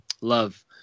love